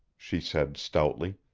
she said stoutly.